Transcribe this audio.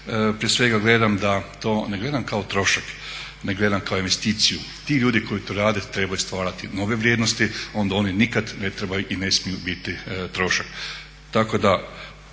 prije svega gledam to, ne gledam kao trošak nego gledam kao investiciju. Ti ljudi koji to rade trebaju stvarati nove vrijednosti i onda oni nikad ne trebaju i ne smiju biti trošak. Tako da